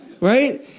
Right